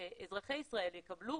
שאזרחי ישראל יקבלו